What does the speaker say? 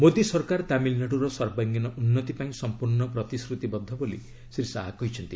ମୋଦୀ ସରକାର ତାମିଲନାଡୁର ସର୍ବାଙ୍ଗୀନ ଉନ୍ନତି ପାଇଁ ସଂପୂର୍ଣ୍ଣ ପ୍ରତିଶ୍ରତିବଦ୍ଧ ବୋଲି ଶ୍ରୀ ଶାହା କହିଛନ୍ତି